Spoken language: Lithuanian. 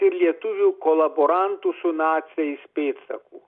ir lietuvių kolaborantų su naciais pėdsakų